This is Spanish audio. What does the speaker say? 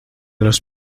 los